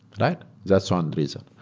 that's one reason.